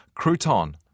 Crouton